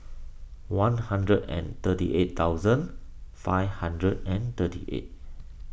one hundred and thirty eight thousand five hundred and thirty eight